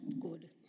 good